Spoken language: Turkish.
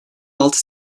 altı